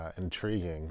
intriguing